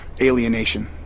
alienation